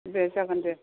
दे जागोन दे